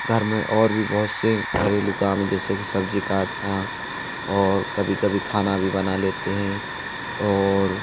घर में और भी बहुत से घरेलू काम हैं जैसे कि सब्जी काटना और कभी कभी खाना भी बना लेते हैं और